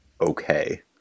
Okay